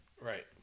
Right